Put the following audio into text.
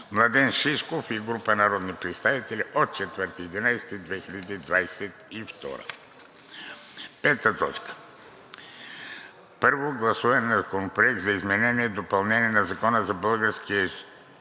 Младен Шишков и група народни представители, 4 ноември 2022 г. 5. Първо гласуване на Законопроект за изменение и допълнение на Закона за българския